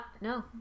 No